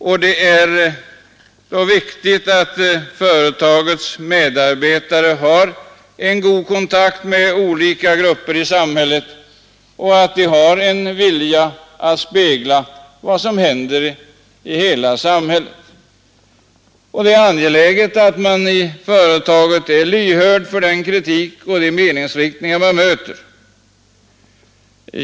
Det är då enligt min mening viktigt att företagets medarbetare har en god kontakt med olika grupper i samhället och att det finns en vilja att spegla vad som händer i hela samhället.